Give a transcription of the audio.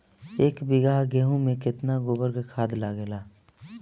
एक बीगहा गेहूं में केतना गोबर के खाद लागेला?